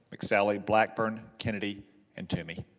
like sally blackburn, kennedy and toomey.